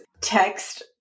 text